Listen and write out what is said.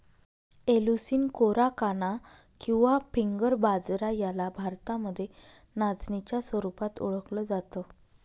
Eleusine coracana किंवा finger बाजरा याला भारतामध्ये नाचणीच्या स्वरूपात ओळखल जात